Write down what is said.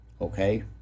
Okay